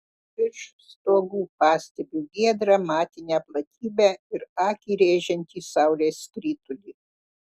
virš stogų pastebiu giedrą matinę platybę ir akį rėžiantį saulės skritulį